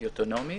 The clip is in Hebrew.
היא אוטונומית.